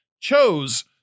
chose